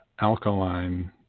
alkaline